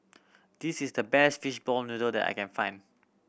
this is the best fishball noodle that I can find